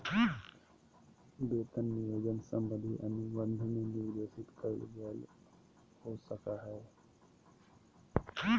वेतन नियोजन संबंधी अनुबंध में निर्देशित कइल गेल हो सको हइ